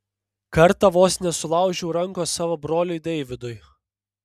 kartą vos nesulaužiau rankos savo broliui deividui